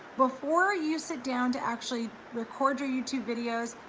before you sit down to actually record your youtube videos,